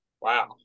Wow